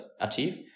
achieve